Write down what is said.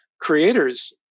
creators